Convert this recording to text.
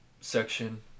section